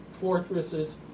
fortresses